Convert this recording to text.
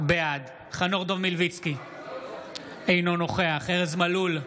בעד חנוך דב מלביצקי - אינו נוכח ארז מלול,